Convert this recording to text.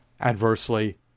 adversely